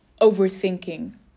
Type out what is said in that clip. overthinking